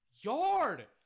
yard